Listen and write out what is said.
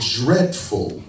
dreadful